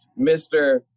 Mr